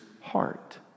heart